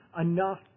enough